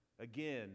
Again